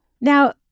Now